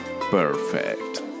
Perfect